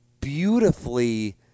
beautifully